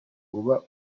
uba